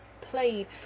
played